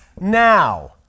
now